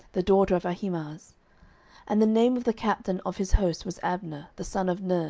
the daughter of ahimaaz and the name of the captain of his host was abner, the son of ner,